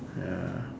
ya